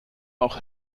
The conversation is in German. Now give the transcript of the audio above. auch